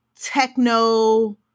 techno